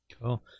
Cool